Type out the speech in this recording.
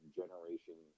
generation